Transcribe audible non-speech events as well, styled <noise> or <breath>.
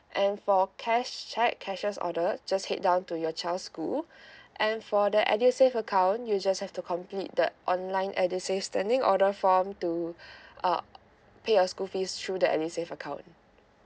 and for cash cheque cashiers order just head down to your child's school <breath> and for the edusave account you just have to complete the online edusave standing order form to <breath> uh pay your school fees through the edusve account